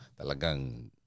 talagang